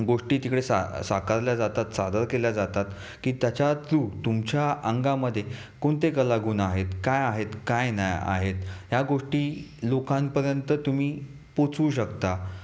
गोष्टी तिकडे सा साकारल्या जातात सादर केल्या जातात की त्याच्या तू तुमच्या अंगामध्ये कोणते कलागुण आहेत काय आहेत काय नाही आहेत या गोष्टी लोकांपर्यंत तुम्ही पोचवू शकता